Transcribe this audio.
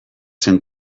zen